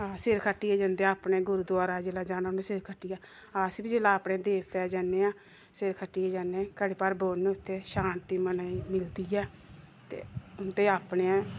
हां सिर खट्टियै जंदे अपने गुरुद्वारा जेल्लै जाना उ'नें सिर खट्टियै अस बी जिसलै अपने देवते दे जन्ने आं सिर खट्टिये जन्ने घड़ी भर बौह्न्ने उत्थें शांति मनै गी मिलदी ऐ ते उं'दे अपने